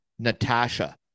Natasha